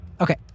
okay